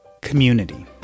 Community